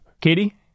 Katie